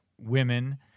women